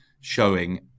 showing